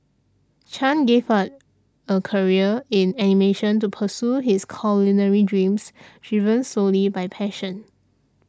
Chan gave a a career in animation to pursue his culinary dreams driven solely by passion